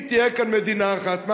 אם תהיה כאן מדינה אחת,